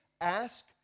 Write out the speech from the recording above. Ask